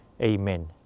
Amen